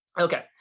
Okay